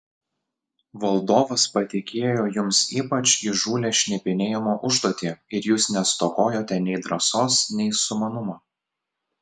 valdovas patikėjo jums ypač įžūlią šnipinėjimo užduotį ir jūs nestokojote nei drąsos nei sumanumo